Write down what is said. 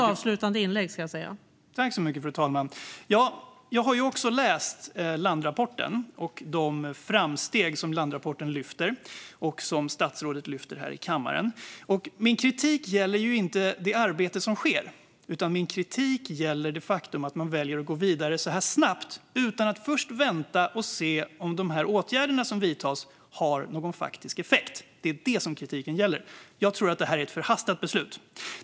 Fru talman! Jag har också läst landrapporten och läst om de framsteg som landrapporten tar upp och som statsrådet lyfter fram här i kammaren. Min kritik gäller inte det arbete som sker, utan min kritik gäller att man väljer att gå vidare så här snabbt utan att först vänta och se om de åtgärder som vidtas har någon faktisk effekt. Det är det min kritik gäller. Jag tror att det här är ett förhastat beslut.